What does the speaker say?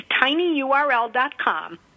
tinyurl.com